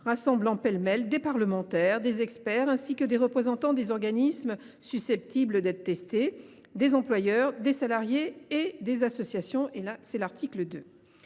rassemblant pêle mêle des parlementaires, des experts ainsi que des représentants des organismes susceptibles d’être testés, des employeurs, des salariés et des associations – tel était l’objet